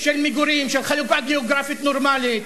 של מגורים, של חלוקה גיאוגרפית נורמלית,